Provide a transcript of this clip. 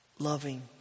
Loving